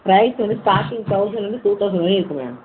price வந்து starting தொளசண்ட்லேந்து two thousand வரையும் இருக்கு மேடம்